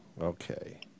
Okay